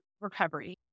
recovery